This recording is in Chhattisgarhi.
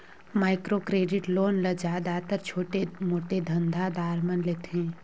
माइक्रो क्रेडिट लोन ल जादातर छोटे मोटे धंधा दार मन लेथें